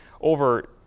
over